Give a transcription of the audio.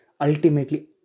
ultimately